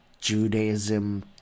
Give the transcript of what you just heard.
judaism